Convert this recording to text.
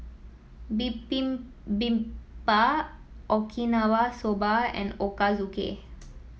Okinawa Soba and Ochazuke